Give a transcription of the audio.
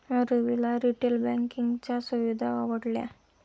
रविला रिटेल बँकिंगच्या सुविधा आवडल्या